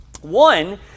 One